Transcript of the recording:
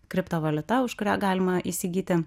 kriptovaliuta už kurią galima įsigyti